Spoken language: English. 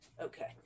okay